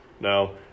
no